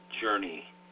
journey